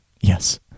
Yes